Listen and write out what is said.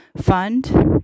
fund